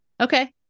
Okay